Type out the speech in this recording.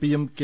P യും K